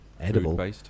Edible